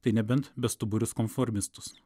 tai nebent bestuburius konformistus